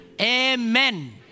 Amen